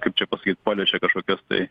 kaip čia pasakyt paliečia kažkokias tai